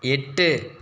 எட்டு